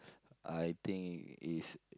I think it's